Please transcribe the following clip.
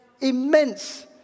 immense